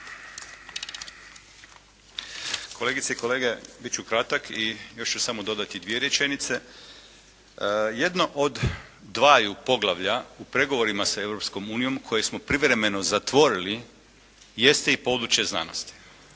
Kolegice i kolege, bit ću kratak i još ću samo dodati dvije rečenice. Jedno od dvaju poglavlja u pregovorima sa Europskom unijom koje smo privremeno zatvorili jeste i područje znanosti